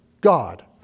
God